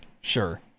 sure